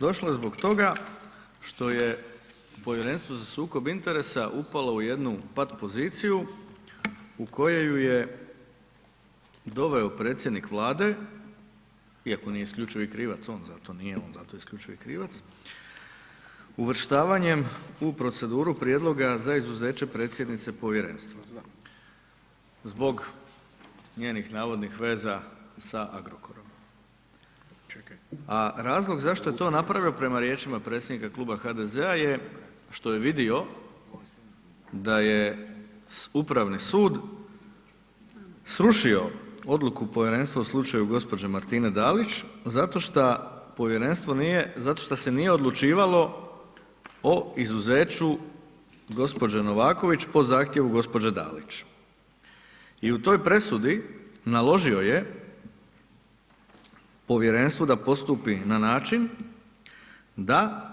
Došlo je zbog toga što je Povjerenstvo za sukob interesa upalo u jednu pat poziciju u koju ju je doveo predsjednik Vlade iako nije isključivi krivac on za to, nije on za to isključivi krivac, uvrštavanjem u proceduru prijedloga za izuzeće predsjednice povjerenstva, zbog njenih navodnih veza sa Agrokorom, a razlog zašto je to napravio prema riječima predsjednika Kluba HDZ-a je što je vidio da je Upravni sud srušio odluku povjerenstva u slučaju gđe. Martine Dalić zato šta se nije odlučivalo o izuzeću gđe. Novaković po zahtjevu gđe. Dalić i u toj presudi naložio je povjerenstvu da postupi na način da